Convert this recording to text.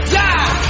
die